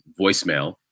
voicemail